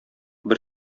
бер